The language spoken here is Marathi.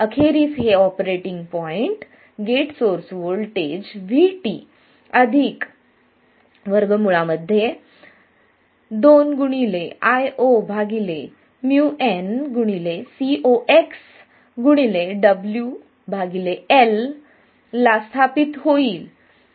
आणि अखेरीस हे operating point gate source voltage VT 2 2Io µnCoxWL ला स्थापित होईल